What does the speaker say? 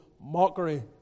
mockery